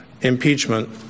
impeachment